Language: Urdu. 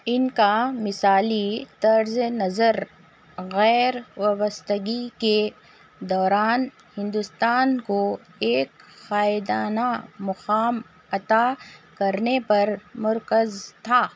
ان کا مثالی طرزِ نظر غیر وابستگی کے دوران ہندوستان کو ایک قائدانہ مقام عطا کرنے پر مرکز تھا